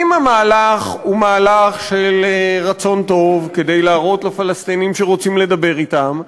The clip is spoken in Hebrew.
אם המהלך הוא מהלך של רצון טוב כדי להראות לפלסטינים שרוצים לדבר אתם,